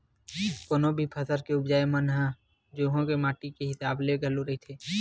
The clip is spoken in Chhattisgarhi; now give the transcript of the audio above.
कोनो भी फसल के उपजाउ पन ह उहाँ के माटी के हिसाब ले घलो रहिथे